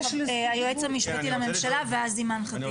היועץ המשפטי, ואז אימאן ח'טיב.